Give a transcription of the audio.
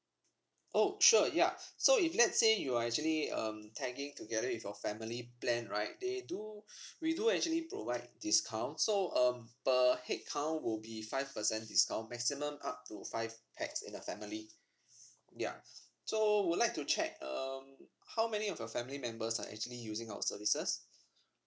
oh sure ya so if let's say you are actually um tagging together with your family plan right they do we do actually provide discount so um per headcount would be five percent discount maximum up to five pax in the family ya so would like to check um how many of your family members are actually using our services